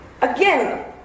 again